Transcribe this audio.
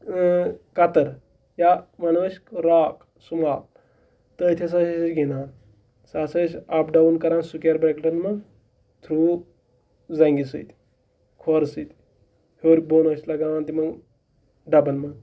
کَتٕر یا وَنو أسۍ راک سُمال تٔتھۍ ہَسا ٲسۍ گِنٛدان سُہ ہَسا ٲسۍ اَپ ڈاوُن کَران سُکیر برٛیکٹَن منٛز تھرٛوٗ زَنٛگہِ سۭتۍ کھۄر سۭتۍ ہیوٚر بۄن ٲسۍ لَگاوان تِمَن ڈَبَن منٛز